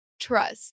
Trust